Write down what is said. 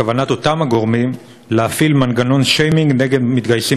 בכוונת אותם הגורמים להפעיל מנגנון שיימינג נגד מתגייסים